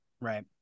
Right